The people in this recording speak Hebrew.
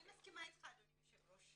אני מסכימה איתך אדוני היושב ראש,